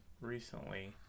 recently